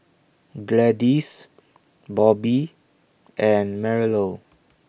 Gladyce Bobby and Marilou